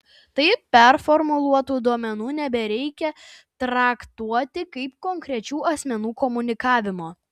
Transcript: taip performuluotų duomenų nebereikia traktuoti kaip konkrečių asmenų komunikavimo